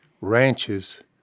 ranches